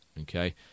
okay